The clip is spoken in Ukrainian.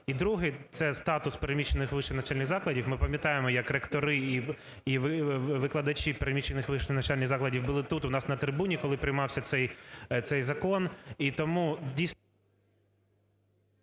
І другий – це статус переміщених вищих навчальних закладів. Ми пам'ятаємо, як ректори і викладачі переміщених вищих навчальних закладів були тут у нас на трибуні, коли приймався цей закон. І тому…